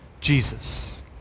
Jesus